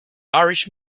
irish